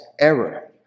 error